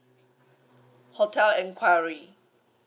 hotel enquiry